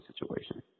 situation